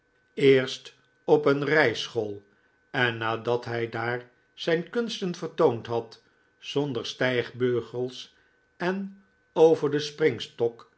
eerst op een rijschool en nadat hij daar zijn kunsten vertoond had zonder stijgbeugels en over den